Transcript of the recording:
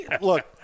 look